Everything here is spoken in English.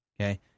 Okay